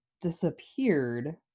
disappeared